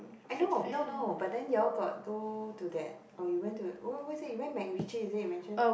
I know no no but then y'all got go to that oh you went to where where is that you went MacRitchie is it you mention